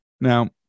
Now